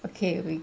okay we